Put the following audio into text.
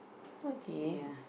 okay